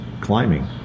climbing